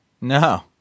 No